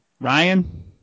Ryan